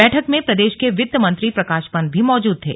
बैठक में प्रदेश के वित्त मंत्री प्रकाश पन्त भी मौजूद थे